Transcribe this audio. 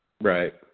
Right